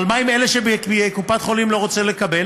אבל מה עם אלה שקופת חולים לא רוצה לקבל